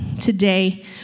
today